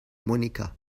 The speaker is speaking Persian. مونیکا